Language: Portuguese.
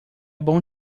bom